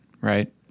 right